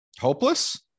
Hopeless